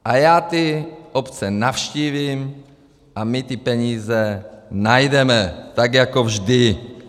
A já ty obce navštívím a my ty peníze najdeme, tak jako vždy.